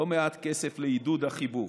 לא מעט כסף לעידוד החיבור.